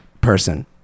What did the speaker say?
person